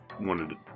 wanted